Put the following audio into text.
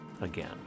again